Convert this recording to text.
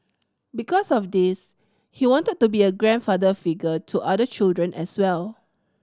because of this he wanted to be a grandfather figure to other children as well